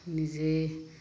নিজে